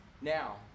Now